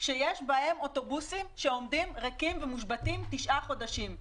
שיש בהם אוטובוסים שעומדים ריקים ומושבתים תשעה חודשים.